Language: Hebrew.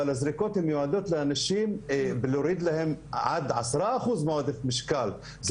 הזריקות מיועדות להוריד לאנשים עד עשרה אחוז מעודף המשקל.